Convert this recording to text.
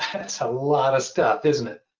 that's a lot of stuff, isn't it?